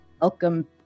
welcome